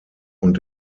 und